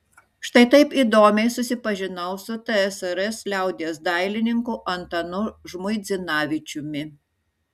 štai taip įdomiai susipažinau su tsrs liaudies dailininku antanu žmuidzinavičiumi